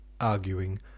arguing